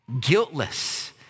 Guiltless